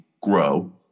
grow